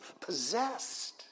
possessed